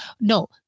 No